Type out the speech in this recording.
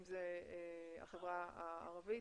אם זה החברה הערבית,